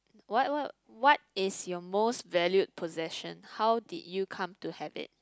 what what what is your most valued possession how did you come to have it